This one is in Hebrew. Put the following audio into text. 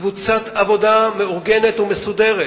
קבוצת עבודה מאורגנת ומסודרת